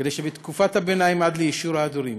כדי שבתקופת הביניים, עד ליישור ההדורים,